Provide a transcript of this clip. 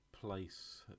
place